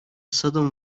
sudden